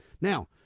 now